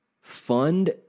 fund